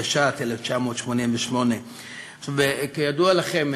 התשמ"ט 1988. כידוע לכם,